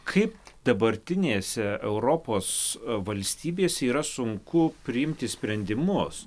kaip dabartinėse europos valstybės yra sunku priimti sprendimus